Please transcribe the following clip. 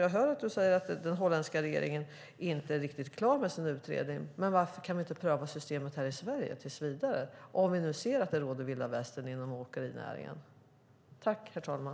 Jag hör att du säger att den holländska regeringen inte är riktigt klar med sin utredning, men varför kan vi inte pröva systemet här i Sverige tills vidare när vi nu ser att det råder vilda västern inom åkerinäringen?